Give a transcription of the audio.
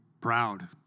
proud